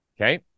Okay